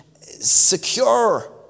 secure